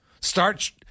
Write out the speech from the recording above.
start